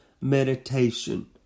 meditation